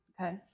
Okay